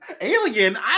Alien